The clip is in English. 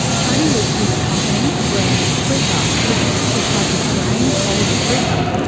tony lutfi's company, greenwheat freekeh, produces a type of grain called freekah. um